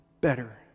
better